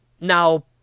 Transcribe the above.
Now